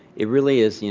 it really is, you know,